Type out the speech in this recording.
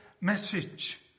message